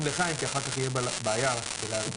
לחיים כי אחר כך תהיה בעיה להרים לחיים.